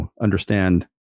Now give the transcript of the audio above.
understand